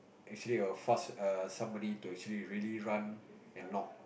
actually a fast err somebody to actually really run and knock